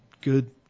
good –